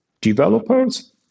developers